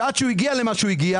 שעד שהוא הגיע למה שהוא הגיע